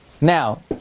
Now